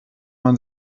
man